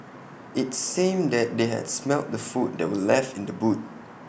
IT seemed that they had smelt the food that were left in the boot